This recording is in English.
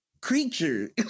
creature